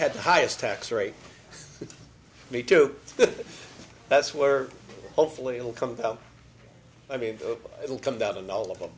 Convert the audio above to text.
had the highest tax rate me too that's where hopefully it will come down i mean it will come down and all of them